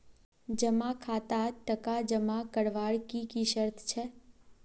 जमा खातात टका जमा करवार की की शर्त छे?